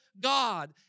God